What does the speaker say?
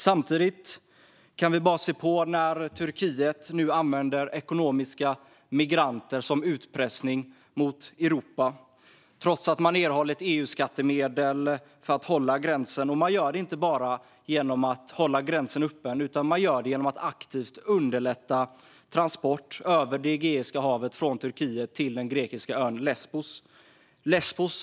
Samtidigt kan vi bara se på när Turkiet använder ekonomiska migranter som utpressning mot Europa, trots att man har erhållit EU-skattemedel för att hålla gränsen. Man gör det inte bara genom att hålla gränsen öppen utan också genom att aktivt underlätta transport från Turkiet över Egeiska havet till den grekiska ön Lesbos.